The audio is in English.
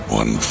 one